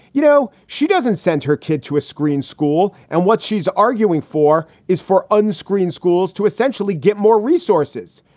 you know, she doesn't send her kid to a screen school. and what she's arguing for is for unscreened schools to essentially get more resources.